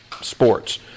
sports